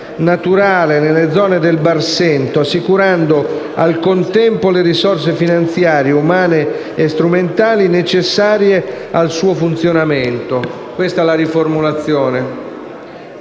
naturale nelle zone del Barsento, assicurando al contempo le risorse finanziarie, umane e strumentali necessarie al suo funzionamento». DEGANI, sottosegretario